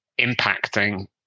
impacting